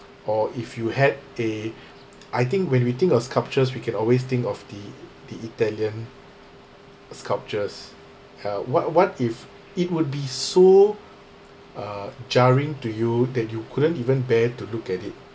or if you had a I think when we think of sculptures we can always think of the the italian sculptures how what what if it would be so uh jarring to you that you couldn't even bear to look at it